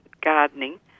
gardening